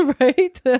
right